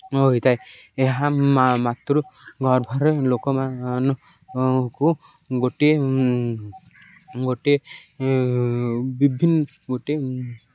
ହୋଇଥାଏ ଏହା ମାତୃ ଗର୍ଭରେ ଲୋକମାନଙ୍କୁ ଗୋଟିଏ ଗୋଟିଏ ବିଭିନ୍ନ ଗୋଟିଏ